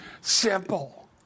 simple